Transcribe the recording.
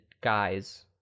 guys